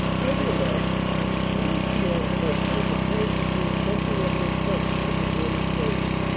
nevertheless it is beyond question that the tank became something of an obsession with the german soldier.